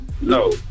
No